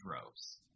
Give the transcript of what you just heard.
droves